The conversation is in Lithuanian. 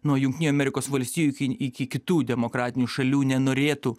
nuo jungtinių amerikos valstijų iki kitų demokratinių šalių nenorėtų